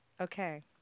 Okay